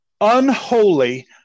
unholy